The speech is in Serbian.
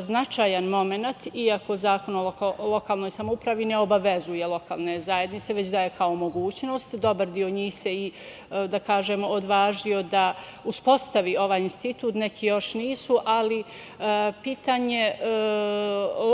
značajan momenat, iako Zakon o lokalnoj samoupravi ne obavezuje lokalne zajednice već daje kao mogućnost. Dobar deo njih se, da tako kažem, odvažio da uspostavi ovaj institut, neki još nisu, ali pitanje lokalnog